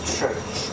church